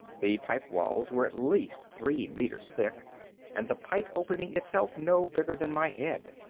the pipe walls were at least three meters thick and the pipe opening itself no bigger than my head.